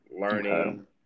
learning